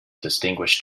distinguish